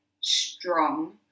strong